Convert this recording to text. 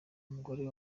mugore